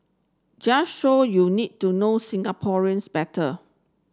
just show you need to know Singaporeans better